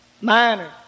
minor